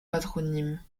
patronyme